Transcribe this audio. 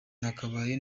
nakabaye